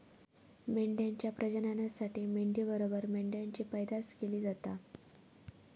मेंढ्यांच्या प्रजननासाठी मेंढी बरोबर मेंढ्यांची पैदास केली जाता